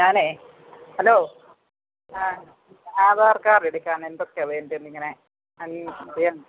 ഞാനെ ഹലോ ആ ആധാർ കാർഡ് എടുക്കാന് എന്തൊക്കെയാണ് വേണ്ടത് ഇങ്ങനെ അറിയാൻ